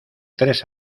tres